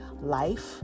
life